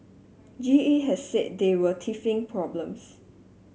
G E has said they were teething problems